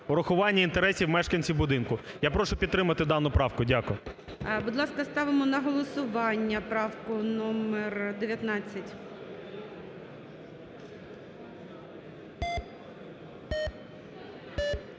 врахування інтересів мешканців будинку. Я прошу підтримати дану правку. Дякую. ГОЛОВУЮЧИЙ. Будь ласка, ставимо на голосування правку номер 19.